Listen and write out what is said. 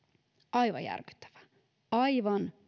aivan järkyttävää aivan